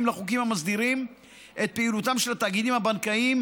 לחוקים המסדירים את פעילותם של התאגידים הבנקאיים,